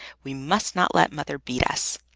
we must not let mother beat us!